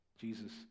Jesus